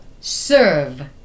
serve